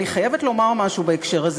אני חייבת לומר משהו בהקשר הזה.